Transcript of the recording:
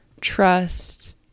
trust